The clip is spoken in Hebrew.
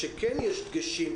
שכן יש דגשים,